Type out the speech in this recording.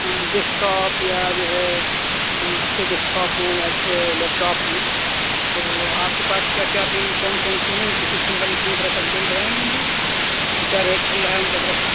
ہاں desktop یا جوہے اچھے ڈیسک ٹاپ ہوں یا اچھے لیپ ٹاپ ہوں تو آپ کے پاس کیا کیا ابھی کون کون سے ہیں اور کس کس سمبندھ کے ہیں ذرا سا ڈیٹیل بتائیں گے ہم کو کیا ریٹ چل رہا ہے ان کا ذرا سا